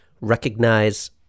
recognize